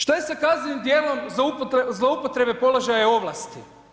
Što je sa kaznenim djelom zloupotrebe položaja i ovlasti?